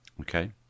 Okay